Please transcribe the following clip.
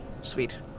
Sweet